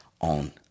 on